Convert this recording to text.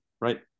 right